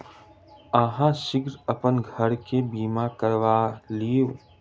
अहाँ शीघ्र अपन घर के बीमा करा लिअ